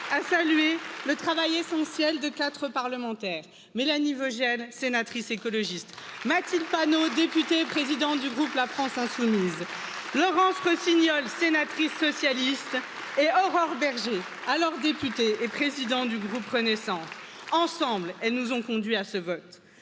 à saluer le travail essentiel de quatre parlementaires Mélanie Veule, sénatrice écologiste, Mathilde Panot, députée présidente du groupe La France insoumise, Laurence Rossignol, sénatrice socialiste, est Aurore Bergé, alors députée et présidente du groupe. Ensemble, elles nous ont conduits à ce vote